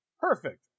Perfect